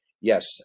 Yes